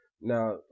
Now